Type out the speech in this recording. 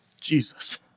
Jesus